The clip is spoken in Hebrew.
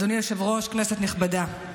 אדוני היושב-ראש, כנסת נכבדה,